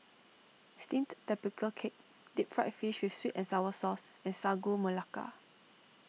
Steamed Tapioca Cake Deep Fried Fish with Sweet and Sour Sauce and Sagu Melaka